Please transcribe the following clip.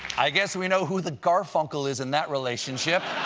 i guess we know who the garfunkel is in that relationship.